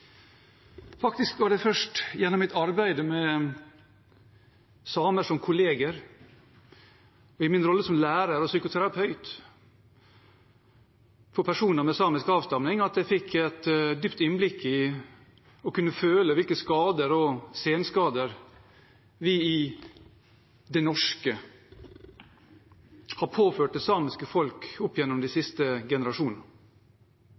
Faktisk var det først gjennom mitt arbeid med samer som kolleger og i min rolle som lærer og psykoterapeut for personer med samisk avstamning at jeg fikk et dypt innblikk i og kunne føle hvilke skader og senskader vi, det norske folk, har påført det samiske folk opp gjennom de